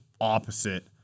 opposite